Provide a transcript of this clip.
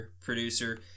producer